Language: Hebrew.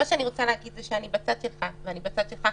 אני בצד שלך ואני בצד שלך,